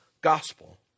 gospel